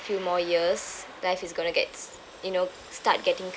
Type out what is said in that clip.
few more years life is gonna get s~ you know start getting